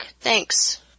Thanks